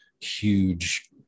huge